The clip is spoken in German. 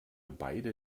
beide